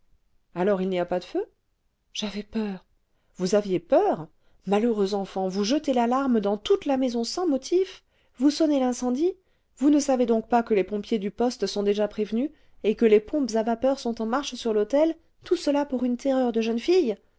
alors il n'y a pas de feu j'avais peur vous aviez peur malheureuse enfant vous jetez l'alarme dans toute la maison sans motif vous sonnez l'incendie vous ne savez donc pas que les pompiers du poste sont déjà prévenus et que les pompes à vapeur sont en marche sui l'hôtel tout cela pour une terreur de jeune fille